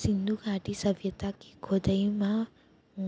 सिंधु घाटी सभ्यता के खोदई म